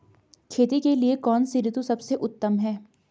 खेती के लिए कौन सी ऋतु सबसे उत्तम है?